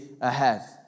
ahead